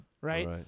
right